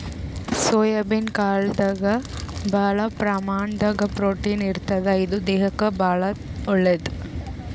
soybean ಕಾಳ್ದಾಗ್ ಭಾಳ್ ಪ್ರಮಾಣದಾಗ್ ಪ್ರೊಟೀನ್ ಇರ್ತದ್ ಇದು ದೇಹಕ್ಕಾ ಭಾಳ್ ಒಳ್ಳೇದ್